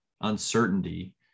uncertainty